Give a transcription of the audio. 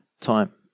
time